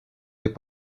des